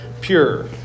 pure